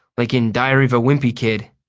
like in diary of a wimpy kid.